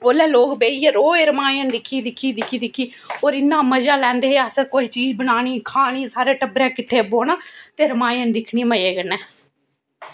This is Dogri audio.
उसले लोक बैहियै रोज रामायण दिक्खी दिक्खी होर इन्ना माजा लैंदे है ऐसी कोई चीज बनानी खानी सारे टवरै किट्ठे बौह्ना ते रामायण दिखनी मजे कन्ने